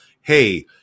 Hey